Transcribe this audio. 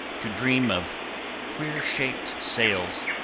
to dream of queer-shaped sails,